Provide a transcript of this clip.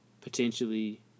potentially